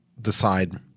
decide